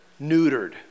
neutered